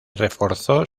reforzó